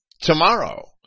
tomorrow